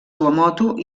tuamotu